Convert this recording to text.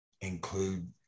include